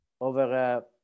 over